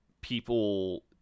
people